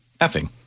effing